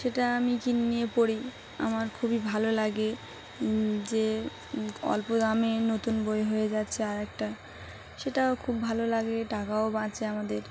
সেটা আমি কিনে নিয়ে পড়ি আমার খুবই ভালো লাগে যে অল্প দামে নতুন বই হয়ে যাচ্ছে আর একটা সেটাও খুব ভালো লাগে টাকাও বাঁচে আমাদের